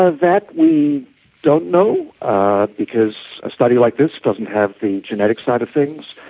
ah that we don't know because a study like this doesn't have the genetic side of things.